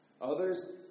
Others